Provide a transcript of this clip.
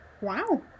wow